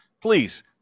please